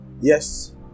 yes